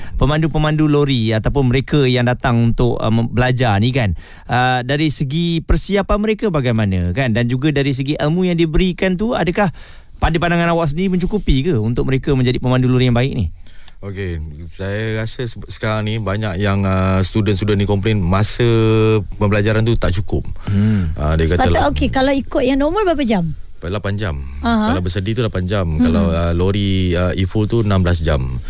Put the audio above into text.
Pemandu-pemandu lori ataupun mereka yang datang untuk, uh, mem- belajar ni kan, uh, dari segi persiapan mereka bagaimana kan? Dan juga dari segi ilmu yang diberikan tu, adakah pandai- pandangan awak sendiri mencukupi ke untuk mereka menjadi pemandu lori yang baik ni? Okey, saya rasa se- sekarang ni banyak yang, uh, student-student ni komplain masa pembelajaran tu tak cukup. Hmm. Uh, dia kata Sepatut- lah- okey, kalau ikut yang normal berapa jam? Lapan jam. Aha. Kalau bersedih tu lapan jam. Mhm. Kalau, uh, lori, uh, E full tu 16 jam.